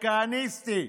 הכהניסטי,